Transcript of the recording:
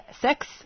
sex